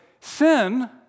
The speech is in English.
sin